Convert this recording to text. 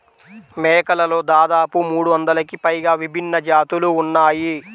మేకలలో దాదాపుగా మూడొందలకి పైగా విభిన్న జాతులు ఉన్నాయి